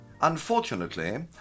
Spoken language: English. Unfortunately